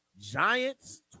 Giants